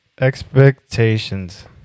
expectations